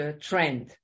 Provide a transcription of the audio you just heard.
trend